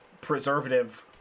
preservative